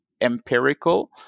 empirical